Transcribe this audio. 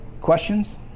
Questions